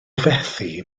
fethu